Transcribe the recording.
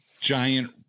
giant